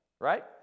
right